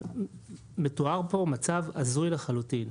מתואר פה מצב הזוי לחלוטין,